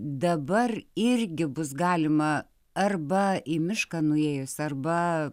dabar irgi bus galima arba į mišką nuėjus arba